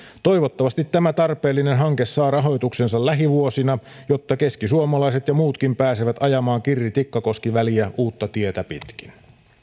toivottavasti tämä tarpeellinen hanke saa rahoituksensa lähivuosina jotta keskisuomalaiset ja muutkin pääsevät ajamaan kirri tikkakoski väliä uutta tietä pitkin